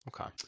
okay